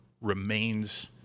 remains